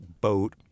boat